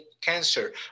cancer